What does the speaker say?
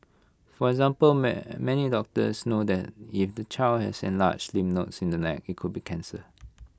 for example many doctors know that if the child has enlarged lymph nodes in the neck IT could be cancer